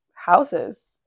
houses